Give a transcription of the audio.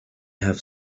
have